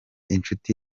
inshuti